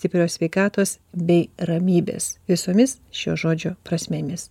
stiprios sveikatos bei ramybės visomis šio žodžio prasmėmis